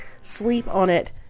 sleep-on-it